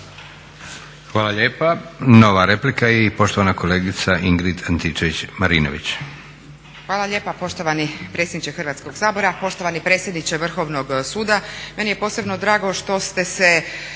Hvala lijepa. Nova replika i poštovana kolegica Ingrid Antičević-Marinović.